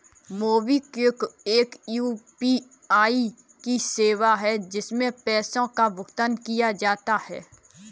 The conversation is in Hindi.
मोबिक्विक एक यू.पी.आई की सेवा है, जिससे पैसे का भुगतान किया जाता है